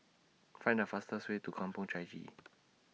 Find The fastest Way to Kampong Chai Chee